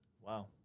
Wow